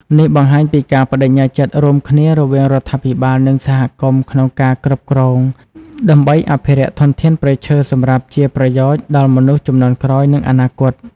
នេះបង្ហាញពីការប្ដេជ្ញាចិត្តរួមគ្នារវាងរដ្ឋាភិបាល និងសហគមន៍ក្នុងការគ្រប់គ្រង ដើម្បីអភិរក្សធនធានព្រៃឈើសម្រាប់ជាប្រយោជន៍ដល់មនុស្សជំនាន់ក្រោយ និងអនាគត។